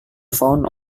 found